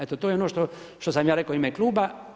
Eto to je ono što sam ja rekao u ime kluba.